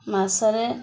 ମାସରେ